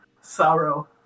sorrow